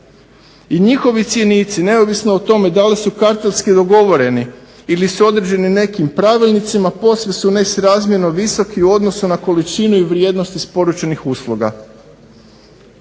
I njihovi cjenici neovisno o tome da li su kartelski dogovoreni ili su određeni nekim pravilnicima posve su nesrazmjerno visoki u odnosu na količinu i vrijednost isporučenih usluga.